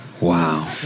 wow